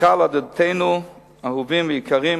"לקהל עדתנו אהובים ויקרים,